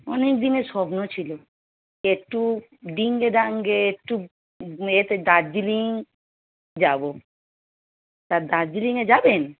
অনেক দিনের স্বপ্ন ছিল একটু ডিঙ্গে দাঙ্গে একটু এতে দার্জিলিং যাব তা দার্জিলিংয়ে যাবেন